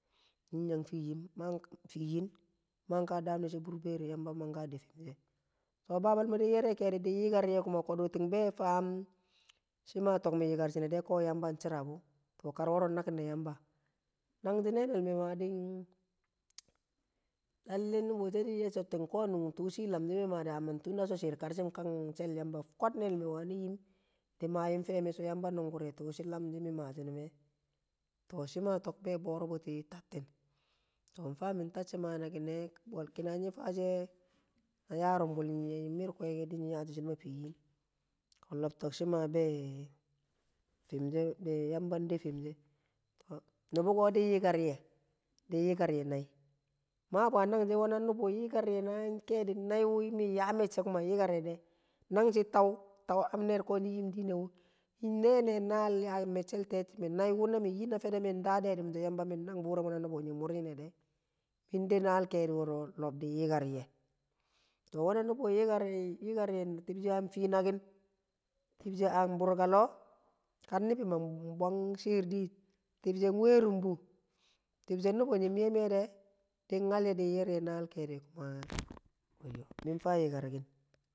Nyi nyang fii yin maa kaa daam neshe burber yamba maka, de fum she ko baba me din yerye keedi ting kodu be faam shima to bee me yikar shine de ko yamba shira ba kar wo̱ro̱ nnakin ne yamba, nang shi̱ nene̱l me lallai nubushe ye so ting so ko tuu shilam shi so ni mag de di ko kwad nedel me wani yimdi mayim feeme̱ so yamba nu̱ngu̱r ye tuu shi lamshi mi maa shi num to, shima tok booro̱ buti tattin, to shima min tacci maa nakine nol kina mi faashe na yaarum bwi me nyi mer kweke di nyi yaa ti shinu̱m a fii yin ko lobtok shima bee be yamba dekkel fum she to nubu ko din yikarye din yikar ye nai, maabu a nagshi wena nubu yikarye na kedi nai, nkeedi nai min min yaa me̱cce̱ kuma yiker ye de, nagshi tau tau abner ko nyi yim dino nnene nal yaa meccel tetime, min naiwu na min yi na fede min daade miso yamba min nang buure mo na nubu mung murye ware min de nal kedi woro lob diu yikar ye to, wena nubu yikarye, yikarye tibshe an fii nakin tib she an burka ilo, kar ni bi mang bang shir diin tibshe n werrumbu tibshe nubu nyi meme de din nyal ye din yerye nal keedi min fa yikerki